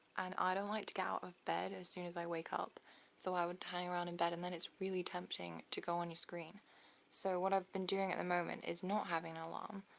and i don't like to get out of bed as soon as i wake up so i would hang around in bed and then it's really tempting to go on your screen so what i've been doing at the moment is not having an alarm,